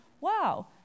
wow